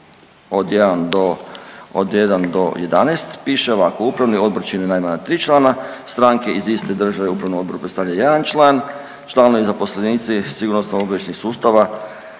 1-11 piše ovako, upravni odbor čine najmanje 3 člana stranke iz iste države, upravni odbor predstavlja 1 član, članovi i zaposlenici sigurnosno-obavještajnih sustava,